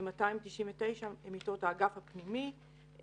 ו-299 הן מיטות האגף הפנימי,